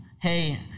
Hey